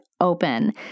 open